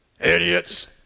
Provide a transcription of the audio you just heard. Idiots